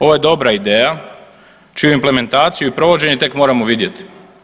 Ovo je dobra ideja čiju implementaciju i provođenje tek moramo vidjeti.